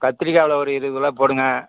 கத்திரிக்காவில் ஒரு இருபது கிலோ போடுங்கள்